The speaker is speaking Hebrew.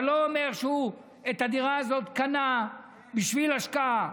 אתה לא אומר שאת הדירה הזאת הוא קנה בשביל השקעה.